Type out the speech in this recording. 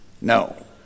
No